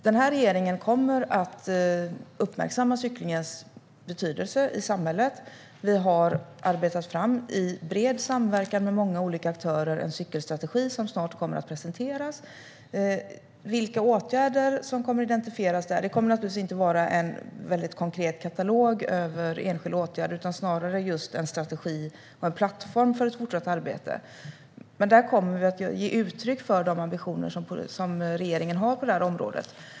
Den här regeringen kommer att uppmärksamma cyklingens betydelse i samhället. Vi har i bred samverkan med många olika aktörer arbetat fram en cykelstrategi som snart kommer att presenteras. När det gäller vilka åtgärder som identifieras där kommer det inte att vara en väldigt konkret katalog över enskilda åtgärder. Det är snarare en strategi och en plattform för ett fortsatt arbete. Där kommer vi att ge uttryck för de ambitioner som regeringen har på området.